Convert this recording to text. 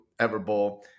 Everbowl